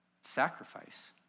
Sacrifice